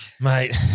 Mate